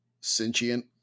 sentient